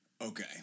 Okay